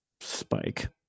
Spike